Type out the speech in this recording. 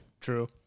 True